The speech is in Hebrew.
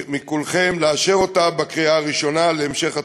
מכולכם, לאשר אותה בקריאה ראשונה, להמשך התהליך.